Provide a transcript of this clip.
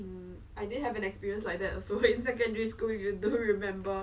I don't quite sure like how she hit hit herself or what happen